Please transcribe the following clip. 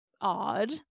odd